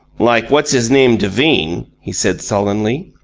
like what's-his-name devine? he said, sullenly.